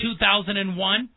2001